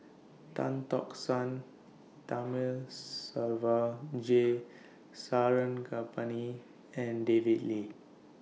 Tan Tock San Thamizhavel G Sarangapani and David Lee